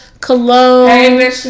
cologne